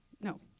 no